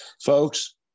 Folks